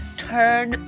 turn